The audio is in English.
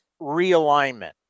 realignment